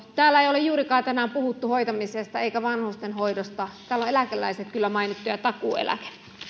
täällä ei ole juurikaan tänään puhuttu hoitamisesta eikä vanhustenhoidosta täällä on eläkeläiset kyllä mainittu ja takuueläke